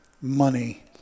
money